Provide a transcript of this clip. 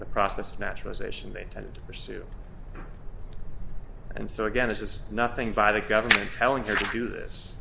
the process naturalization they tended to and so again this is nothing by the government telling her to do this